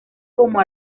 como